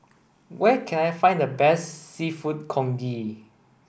where can I find the best Seafood Congee